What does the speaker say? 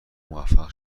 موفق